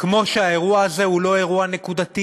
כמו שהאירוע הזה הוא לא אירוע נקודתי,